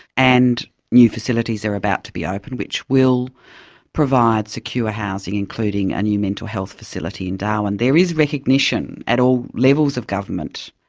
and new facilities are about to be opened which will provide secure housing, including a and new mental health facility in darwin. there is recognition at all levels of government,